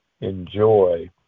enjoy